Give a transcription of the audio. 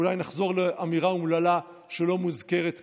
אולי נחזור לאמירה אומללה שלא מוזכרת כאן,